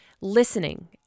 listening